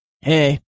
Hey